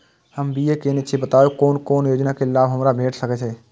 हम बी.ए केनै छी बताबु की कोन कोन योजना के लाभ हमरा भेट सकै ये?